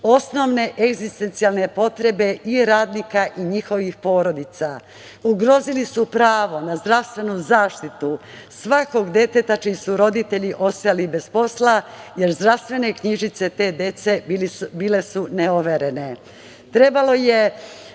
osnovne egzistencijalne potrebe i radnika i njihovih porodica. Ugrozili su pravo na zdravstvenu zaštitu svakog deteta čiji su roditelji ostali bez posla, jer zdravstvene knjižice te dece bile su neoverene. Trebalo